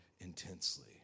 intensely